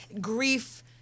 grief